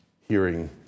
hearing